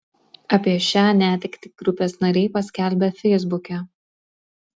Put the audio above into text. apie šią netektį grupės nariai paskelbė feisbuke